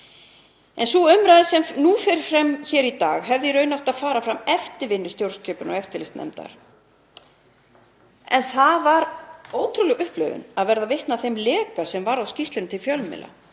En sú umræða sem nú fer fram hér í dag hefði í raun átt að fara fram eftir vinnu stjórnskipunar- og eftirlitsnefndar. Það var ótrúleg upplifun að verða vitni að þeim leka sem varð á skýrslunni til fjölmiðla.